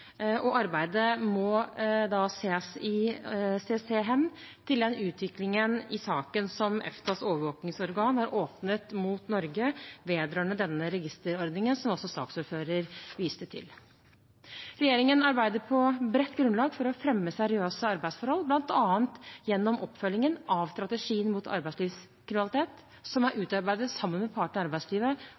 og arbeidet må se hen til utviklingen i den saken som EFTAs overvåkingsorgan har åpnet mot Norge vedrørende denne registreringsordningen – som også saksordføreren viste til. Regjeringen arbeider på bredt grunnlag for å fremme seriøse arbeidsforhold, bl.a. gjennom oppfølging av strategien mot arbeidslivskriminalitet som utarbeides sammen med partene i arbeidslivet